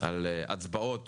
על הצבעות